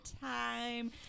time